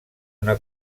una